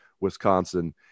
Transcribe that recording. Wisconsin